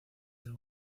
del